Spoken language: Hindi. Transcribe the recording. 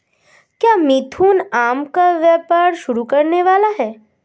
क्या मिथुन आम का व्यापार शुरू करने वाला है?